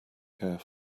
care